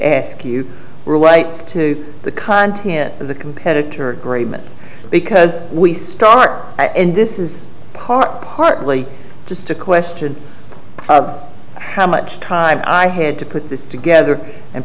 ask you relates to the content of the competitor great minutes because we start and this is part partly just a question of how much time i had to put this together and